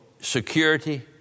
security